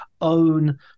own